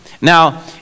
Now